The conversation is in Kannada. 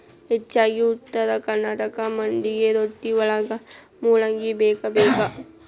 ಹೆಚ್ಚಾಗಿ ಉತ್ತರ ಕರ್ನಾಟಕ ಮಂದಿಗೆ ರೊಟ್ಟಿವಳಗ ಮೂಲಂಗಿ ಬೇಕಬೇಕ